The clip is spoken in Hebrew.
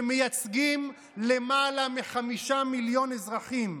שמייצגים למעלה מחמישה מיליון אזרחים,